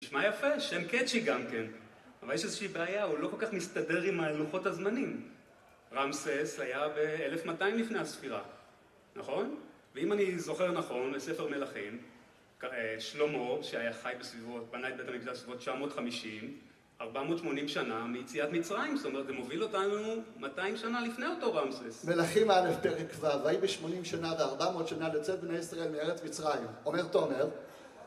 נשמע יפה, שם קאצ'י גם כן. אבל יש איזושהי בעיה, הוא לא כל כך מסתדר עם לוחות הזמנים. רעמסס היה באלף מאתיים לפני הספירה, נכון? ואם אני זוכר נכון, בספר מלכים, שלמה, שהיה חי בסביבות, בנה את בית המקדש בסביבות תשע מאות חמישים, ארבע מאות שמונים שנה מיציאת מצרים. זאת אומרת, זה מוביל אותנו מאתיים שנה לפני אותו רעמסס. מלכים א' פרק ו', ויהי בשמונים שנה וארבע מאות שנה לצאת בני ישראל מארץ מצרים. אומר תומר